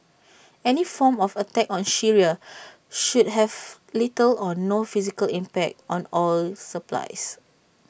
any form of attack on Syria should have little or no physical impact on oil supplies